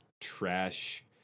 trash